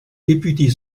député